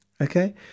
Okay